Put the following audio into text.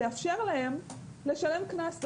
לאפשר להם לשלם קנס.